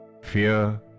fear